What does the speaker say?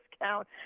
discount